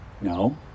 No